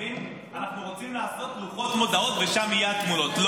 והם אומרים: אנחנו רוצים לעשות לוחות מודעות ושם יהיו התמונות.